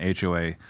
HOA